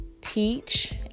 teach